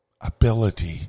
ability